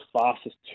fastest